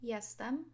Jestem